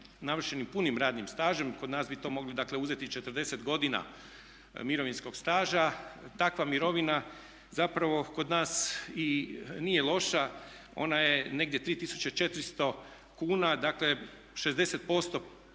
navršenim punim radnim stažem. Kod nas bi to mogli dakle uzeti 40 godina mirovinskog staža. Takva mirovina zapravo kod nas i nije loša, ona je negdje 3400 kuna dakle 60%